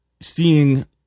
seeing